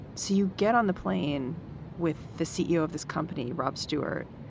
so you get on the plane with the ceo of this company, rob stewart,